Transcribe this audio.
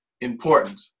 important